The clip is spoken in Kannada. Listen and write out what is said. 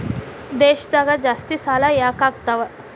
ದೇಶದಾಗ ಜಾಸ್ತಿಸಾಲಾ ಯಾಕಾಗ್ತಾವ?